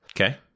Okay